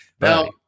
Now